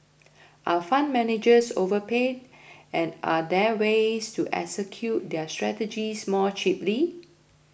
are fund managers overpaid and are there ways to execute their strategies more cheaply